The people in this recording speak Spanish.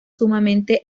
sumamente